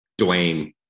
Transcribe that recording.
Dwayne